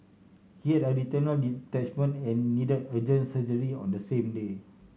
he had a retinal detachment and need urgent surgery on the same day